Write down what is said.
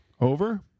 Over